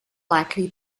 likely